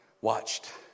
watched